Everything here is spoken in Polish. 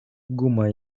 guma